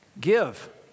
Give